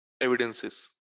evidences